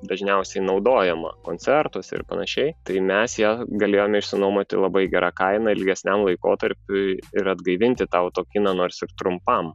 dažniausiai naudojama koncertuose ir panašiai tai mes ją galėjome išsinuomoti labai gera kaina ilgesniam laikotarpiui ir atgaivinti tą autokiną nors ir trumpam